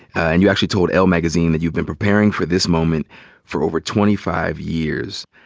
and you actually told elle magazine that you've been preparing for this moment for over twenty five years.